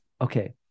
okay